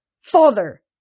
Father